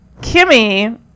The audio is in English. Kimmy